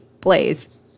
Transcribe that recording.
plays